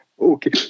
Okay